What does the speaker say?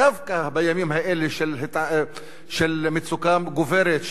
ודווקא בימים האלה של מצוקה גוברת,